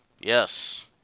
Yes